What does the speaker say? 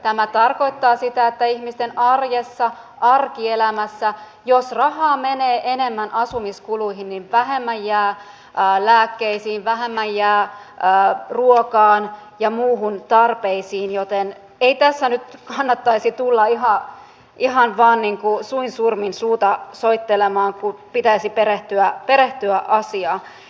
tämä tarkoittaa sitä että ihmisten arjessa arkielämässä jos rahaa menee enemmän asumiskuluihin niin vähemmän jää lääkkeisiin vähemmän jää ruokaan ja muihin tarpeisiin joten ei tässä nyt kannattaisi tulla ihan vain suin surmin suuta soittelemaan kun pitäisi perehtyä asiaan